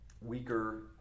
weaker